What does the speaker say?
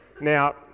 Now